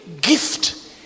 gift